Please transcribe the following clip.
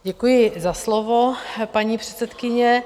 Děkuji za slovo, paní předsedkyně.